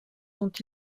dont